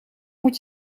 moet